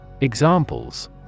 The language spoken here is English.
Examples